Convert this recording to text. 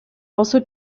also